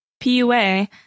PUA